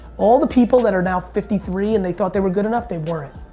all the people that are now fifty three and they thought they were good enough they weren't.